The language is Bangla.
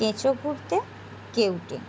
কেঁচো খুঁড়তে কেউটে